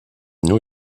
new